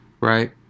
right